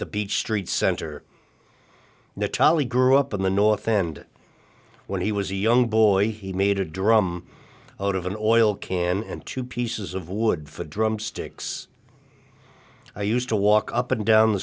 the beach street center nataly grew up in the north and when he was a young boy he made a drum out of an oil can and two pieces of wood for drum sticks i used to walk up and down the